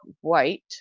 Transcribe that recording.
white